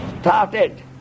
started